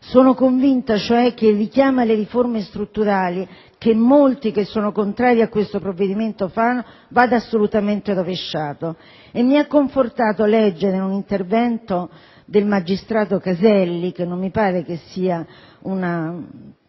Sono convinta, cioè, che il richiamo alle riforme strutturali, che molti che sono contrari a questo provvedimento fanno, vada assolutamente rovesciato. Mi ha confortato, leggere un intervento del magistrato Caselli, che non mi pare sia